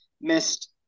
missed